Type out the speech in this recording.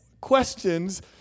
questions